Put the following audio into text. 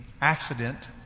accident